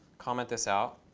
comment this out,